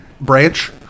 branch